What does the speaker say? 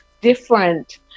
different